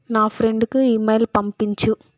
నా ఫ్రెండ్కు ఈమెయిల్ పంపించుము